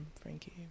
Frankie